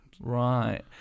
Right